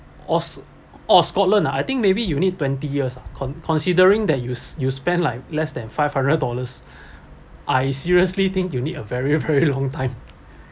awes~ oh scotland ah I think maybe you need twenty years ah con~ considering that you you spend like less than five hundred dollars I seriously think you need a very a very long time